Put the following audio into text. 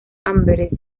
amberes